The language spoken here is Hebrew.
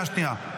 קריאה שנייה.